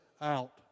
out